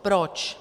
Proč?